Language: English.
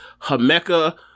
Hameka